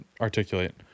articulate